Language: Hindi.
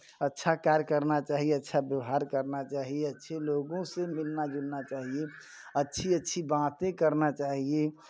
अच्छा कार्य करना चाहिए अच्छा व्यवहार करना चाहिए अच्छे लोगों से मिलना जुलना चाहिये अच्छी अच्छी बातें करना चहिये